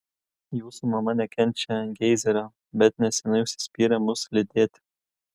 jūsų mama nekenčia geizerio bet neseniai užsispyrė mus lydėti